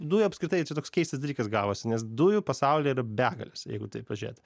dujų apskritai čia toks keistas dalykas gavosi nes dujų pasaulyje yra begalės jeigu taip pažiūrėt